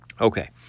Okay